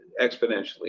exponentially